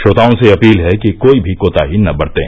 श्रोताओं से अपील है कि कोई भी कोताही न बरतें